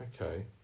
Okay